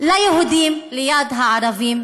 ליהודים ליד הערבים,